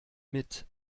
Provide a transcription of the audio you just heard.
mit